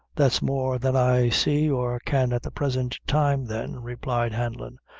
that's more than i see, or can at the present time, then, replied hanlon.